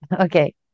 Okay